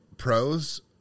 Pros